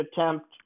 attempt